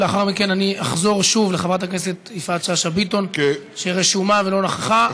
ולאחר מכן אני אחזור שוב לחברת הכנסת יפעת שאשא-ביטון שרשומה ולא נכחה.